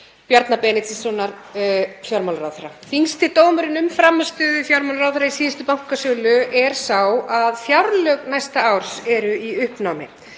Bjarna Benediktssonar fjármálaráðherra. Þyngsti dómurinn um frammistöðu fjármálaráðherra í síðustu bankasölu er sá að fjárlög næsta árs eru í uppnámi.